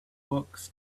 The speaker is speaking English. books